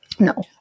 No